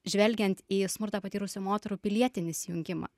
žvelgiant į smurtą patyrusių moterų pilietinį įsijungimą